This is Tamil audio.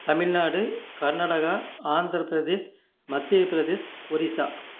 தமிழ்நாடு கர்நாடகா ஆந்திரப்பிரதேஷ் மத்தியப்பிரதேஷ் ஒரிசா